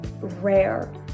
rare